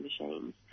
machines